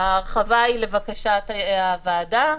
ההרחבה היא לבקשת הוועדה,